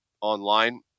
online